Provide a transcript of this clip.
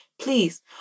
Please